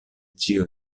ĉio